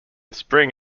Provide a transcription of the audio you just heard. spring